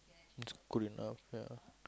it's cool enough ya